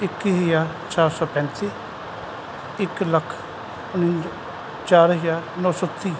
ਇੱਕੀ ਹਜ਼ਾਰ ਚਾਰ ਸੌ ਪੈਂਤੀ ਇੱਕ ਲੱਖ ਉਣੰਜਾ ਚਾਰ ਹਜ਼ਾਰ ਨੌਂ ਸੌ ਤੀਹ